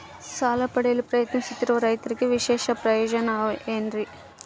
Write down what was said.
ಸಾಲ ಪಡೆಯಲು ಪ್ರಯತ್ನಿಸುತ್ತಿರುವ ರೈತರಿಗೆ ವಿಶೇಷ ಪ್ರಯೋಜನ ಅವ ಏನ್ರಿ?